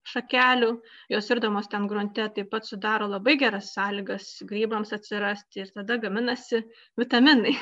šakelių jos irdamos ten grunte taip pat sudaro labai geras sąlygas grybams atsirasti ir tada gaminasi vitaminai